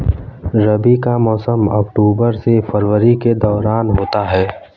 रबी का मौसम अक्टूबर से फरवरी के दौरान होता है